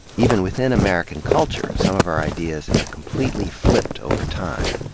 even within american culture, some of our ideas have completely flipped over time.